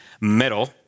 metal